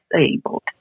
disabled